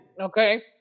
okay